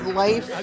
life